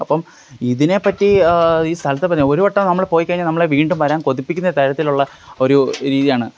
അപ്പോള് ഇതിനെപ്പറ്റി ഈ സ്ഥലത്തെ പറ്റി ഒരുവട്ടം നമ്മൾ പോയിക്കഴിഞ്ഞാല് നമ്മളെ വീണ്ടും വരാൻ കൊതിപ്പിക്കുന്ന തരത്തിലുള്ള ഒരു രീതിയാണ് അപ്പോള്